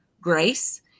grace